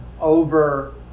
over